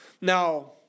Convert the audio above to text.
Now